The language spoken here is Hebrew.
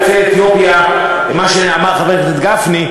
יוצא אתיופיה מה שאמר חבר הכנסת גפני,